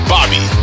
Bobby